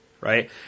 right